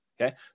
Okay